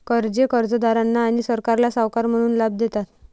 कर्जे कर्जदारांना आणि सरकारला सावकार म्हणून लाभ देतात